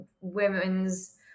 women's